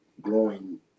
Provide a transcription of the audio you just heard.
growing